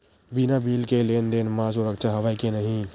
बिना बिल के लेन देन म सुरक्षा हवय के नहीं?